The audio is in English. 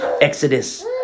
Exodus